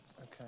okay